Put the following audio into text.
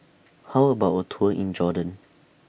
How about A Tour in Jordan